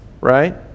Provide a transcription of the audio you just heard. right